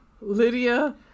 Lydia